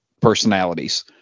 personalities